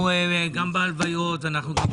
ה'